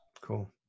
Cool